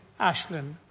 Ashlyn